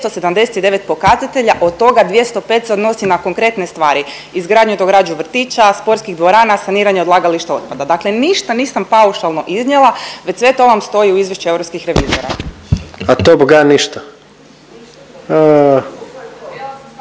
279 pokazatelja, od toga 205 se odnosi na konkretne stvari izgradnju i dogradnju vrtića, sportskih dvorana, saniranje odlagališta otpada. Dakle, ništa nisam paušalno iznijela već sve to vam stoji u izvješću europskih revizora. **Jandroković,